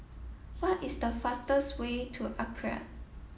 what is the fastest way to Accra